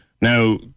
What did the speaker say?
Now